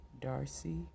Darcy